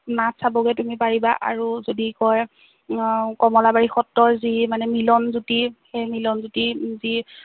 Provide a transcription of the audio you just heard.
নাট চাবগৈ তুমি পাৰিবা আৰু যদি কয় কমলাবাৰী সত্ৰৰ যি মানে মিলনজ্যোতি সেই মিলনজ্যোতি যি